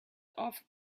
off